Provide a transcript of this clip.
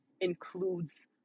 includes